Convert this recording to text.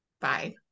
bye